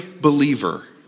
believer